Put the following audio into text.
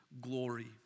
glory